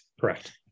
correct